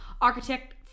Architect